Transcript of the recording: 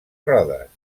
rodes